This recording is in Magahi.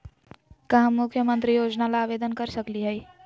का हम मुख्यमंत्री योजना ला आवेदन कर सकली हई?